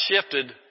shifted